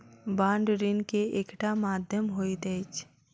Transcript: bond ऋण के एकटा माध्यम होइत अछि